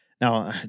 now